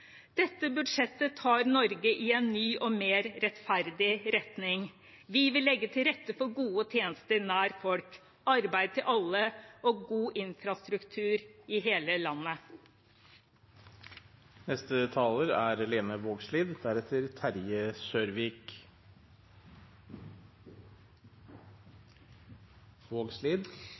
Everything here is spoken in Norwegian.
Dette budsjettet tar Norge i en ny og mer rettferdig retning. Vi vil legge til rette for gode tjenester nær folk, arbeid til alle og god infrastruktur i hele